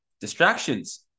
distractions